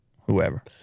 whoever